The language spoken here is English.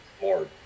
more